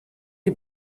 die